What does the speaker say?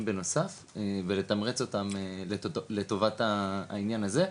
בנוסף ולתמרץ אותם לטובת העניין הזה.